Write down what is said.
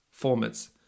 formats